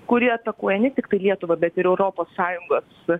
kuri atakuoja ne tiktai lietuvą bet ir europos sąjungos su